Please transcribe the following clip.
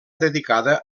dedicada